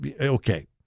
okay